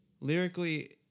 lyrically